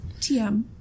TM